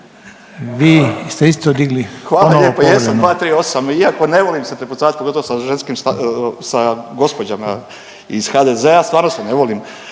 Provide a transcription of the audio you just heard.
Stipo (DP)** Hvala vam lijepa, jesam, 238., iako ne volim se prepucavati pogotovo sa ženskim, sa gospođama iz HDZ-a, stvarno se ne volim,